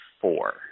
four